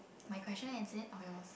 my question is it or yours